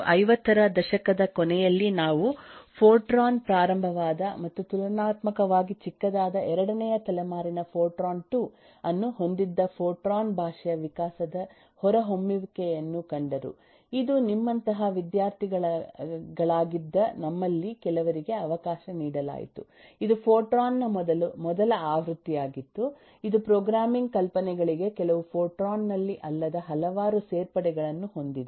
1950 ರ ದಶಕದ ಕೊನೆಯಲ್ಲಿನಾವು ಫೊರ್ಟ್ರಾನ್ ಪ್ರಾರಂಭವಾದ ಮತ್ತು ತುಲನಾತ್ಮಕವಾಗಿ ಚಿಕ್ಕದಾದ ಎರಡನೆಯ ತಲೆಮಾರಿನ ಫೊರ್ಟ್ರಾನ್ 2 ಅನ್ನು ಹೊಂದಿದ್ದ ಫೋರ್ಟ್ರಾನ್ ಭಾಷೆಯ ವಿಕಾಸದ ಹೊರಹೊಮ್ಮುವಿಕೆಯನ್ನು ಕಂಡರು ಇದು ನಿಮ್ಮಂತಹ ವಿದ್ಯಾರ್ಥಿಗಳಾಗಿದ್ದಾ ನಮ್ಮಲ್ಲಿ ಕೆಲವರಿಗೆ ಅವಕಾಶ ನೀಡಲಾಯಿತು ಇದು ಫೋರ್ಟ್ರಾನ್ ನ ಮೊದಲ ಆವೃತ್ತಿಯಾಗಿದ್ದು ಇದು ಪ್ರೋಗ್ರಾಮಿಂಗ್ ಕಲ್ಪನೆಗಳಿಗೆ ಕೆಲವು ಫೋರ್ಟ್ರಾನ್ ನಲ್ಲಿ ಅಲ್ಲದ ಹಲವಾರು ಸೇರ್ಪಡೆಗಳನ್ನು ಹೊಂದಿದೆ